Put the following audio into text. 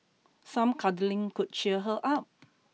some cuddling could cheer her up